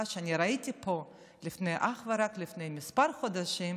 שאני ראיתי פה אך ורק לפני כמה חודשים,